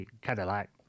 Cadillac